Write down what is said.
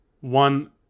one